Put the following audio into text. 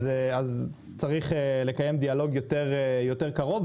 אז צריך לקיים דיאלוג יותר קרוב,